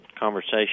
conversation